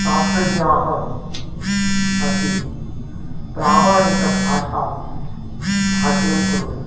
शास्त्रज्ञाः अपि प्रामाणिकभाषां भाषणं कुर्वन्ति